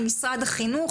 עם משרד החינוך,